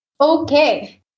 Okay